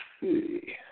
see